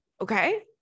okay